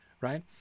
right